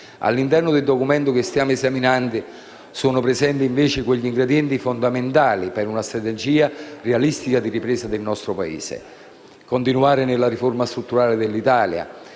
All'interno del Documento che stiamo esaminando sono presenti, invece, gli ingredienti fondamentali per una strategia realistica di ripresa del nostro Paese: continuare nella riforma strutturale dell'Italia